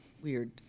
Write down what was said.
weird